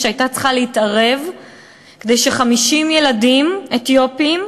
הייתה צריכה להתערב כדי ש-50 ילדים אתיופים